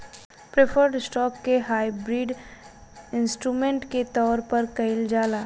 preferred stock के hybrid instrument के तौर पर कइल जाला